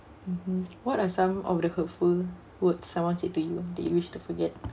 mmhmm what are some of the hurtful words someone said to you that you wish to forget